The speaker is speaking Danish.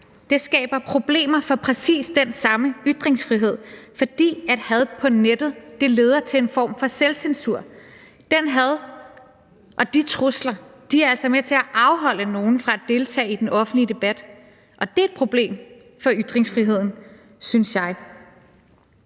Det skaber problemer for præcis den samme ytringsfrihed, fordi had på nettet leder til en form for selvcensur. Det had og de trusler er altså med til at afholde nogle fra at deltage i den offentlige debat, og det er et problem for ytringsfriheden, synes jeg.